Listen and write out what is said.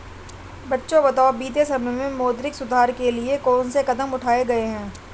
बच्चों बताओ बीते समय में मौद्रिक सुधार के लिए कौन से कदम उठाऐ गए है?